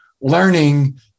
learning